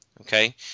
okay